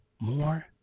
more